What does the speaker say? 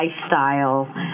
lifestyle